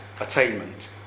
attainment